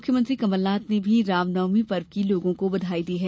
मुख्यमंत्री कमलनाथ ने भी रामनवी पर्व की लोगों को बधाई दी है